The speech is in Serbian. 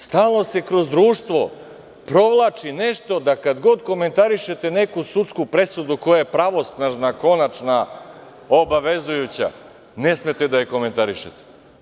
Stalno se kroz društvo provlači nešto da kada god komentarišete neku sudsku presudu koja je pravosnažna, konačna, obavezujuća, ne smete da je komentarišete.